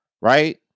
Right